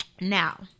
Now